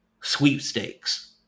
sweepstakes